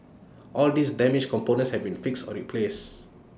all these damaged components have been fixed or replaced